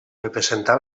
representar